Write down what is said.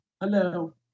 Hello